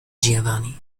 giovanni